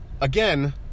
again